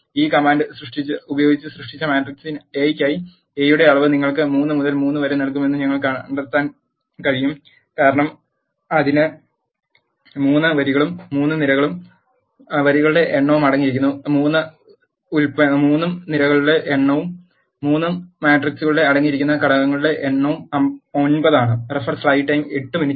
ഈ കമാൻഡ് ഉപയോഗിച്ച് സൃഷ്ടിച്ച മാട്രിക്സ് എയ് ക്കായി എ യുടെ അളവ് നിങ്ങൾക്ക് 3 മുതൽ 3 വരെ നൽകുമെന്ന് ഞങ്ങൾക്ക് കണ്ടെത്താൻ കഴിയും കാരണം അതിൽ 3 വരികളും 3 നിരകളുടെ വരികളുടെ എണ്ണവും അടങ്ങിയിരിക്കുന്നു 3 ഉം നിരകളുടെ എണ്ണം 3 ഉം മാട്രിക്സിൽ അടങ്ങിയിരിക്കുന്ന ഘടകങ്ങളുടെ എണ്ണം 9 ഉം ആണ്